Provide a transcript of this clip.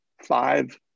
five